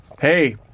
Hey